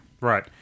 Right